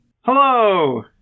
Hello